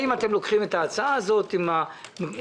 האם אתם לוקחים את ההצעה הזאת עם המפעלים?